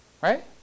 Right